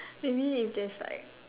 maybe if there's like